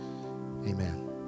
Amen